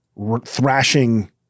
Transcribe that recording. thrashing